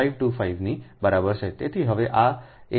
525 ની બરાબર છે